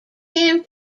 him